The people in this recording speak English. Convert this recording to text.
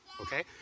okay